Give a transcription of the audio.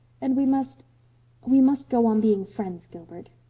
and we must we must go on being friends, gilbert.